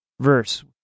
verse